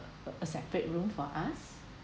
a separate room for us